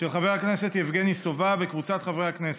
של חבר הכנסת יבגני סובה וקבוצת חברי הכנסת,